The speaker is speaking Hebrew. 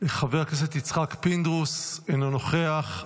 חבר הכנסת יצחק פינדרוס, אינו נוכח.